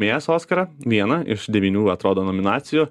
laimėjęs oskarą vieną iš devynių atrodo nominacijų